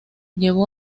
llevó